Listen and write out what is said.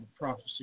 prophecy